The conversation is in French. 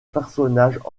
personnage